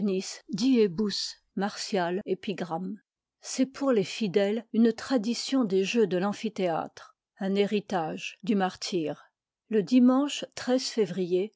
c'est pour les fidèles une tra epigr dition des jeux de l'amphithéâtre un héritage du martyre le dimanche février